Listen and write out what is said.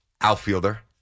Outfielder